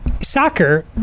Soccer